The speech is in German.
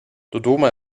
dodoma